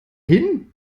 hin